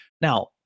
Now